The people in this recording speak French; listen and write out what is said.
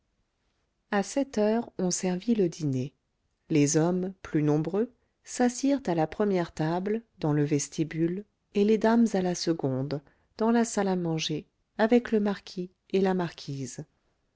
à sept heures on servit le dîner les hommes plus nombreux s'assirent à la première table dans le vestibule et les dames à la seconde dans la salle à manger avec le marquis et la marquise